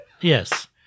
Yes